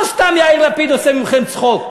לא סתם יאיר לפיד עושה מכם צחוק.